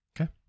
okay